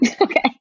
Okay